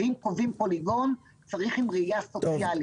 הם קובעים פוליגון, צריך עם ראייה סוציאלית.